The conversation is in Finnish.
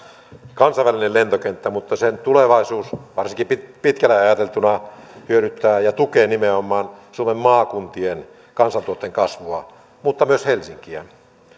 kansainvälinen lentokenttä mutta sen tulevaisuus varsinkin pitkälle ajateltuna hyödyttää ja tukee nimenomaan suomen maakuntien kansantuotteen kasvua mutta myös helsinkiä